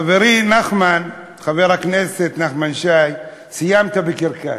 חברי נחמן, חבר הכנסת נחמן שי, סיימת בקרקס.